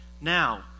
Now